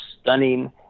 stunning